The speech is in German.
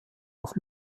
auf